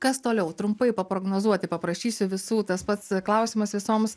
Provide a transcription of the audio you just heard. kas toliau trumpai paprognozuoti paprašysiu visų tas pats klausimas visoms